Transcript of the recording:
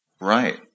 Right